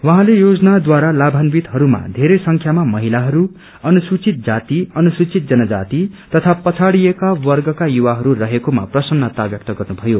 उहाँले योजनाद्वारा लाभावितहरूमा वेरै संख्यामा महिलाहरू अनुसूचित जाति अनुसूचित जनजाति तथा पछाड़िएका वर्गका युवाहरू रहेकोमा प्रसत्रता व्यक्त गर्नुभयो